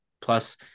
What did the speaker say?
plus